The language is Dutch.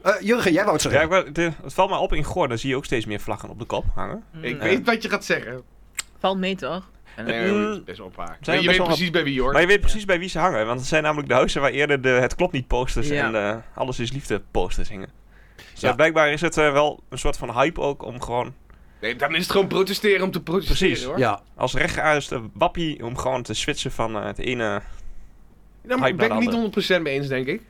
Eh, Jurgen, jij wou het zeggen. Ja, ik wou- het- het valt me op, in Gorda zie je ook steeds meer vlaggen op de kop hangen. Ik Eh. weet wat je gaat zeggen. Valt mee, toch? Nee, we moeten Mm. het best wel opwaken. Zijn Maar we je best weet wel op- precies bij wie, hoor. Maar je weet Ja. precies bij wie ze hangen, want het zijn namelijk de huizen waar eerder de Het Klopt Niet posters en, Ja. eh, Alles is Liefde posters hingen. Dus Ja. blijkbaar is het, eh, wel een soort van hype ook om gewoon- Nee, dan is het gewoon protesteren om te protesteren, Precies. hoor. Ja. Als rechtgeaarste wappie om gewoon te switchen van, eh, het ene Ja, maar hype ben naar ik de 100% mee eens, denk ik.